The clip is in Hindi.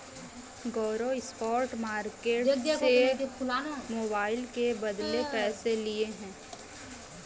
गौरव स्पॉट मार्केट से मोबाइल के बदले पैसे लिए हैं